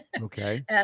Okay